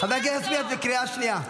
חברת הכנסת, את בקריאה שנייה.